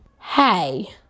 Hey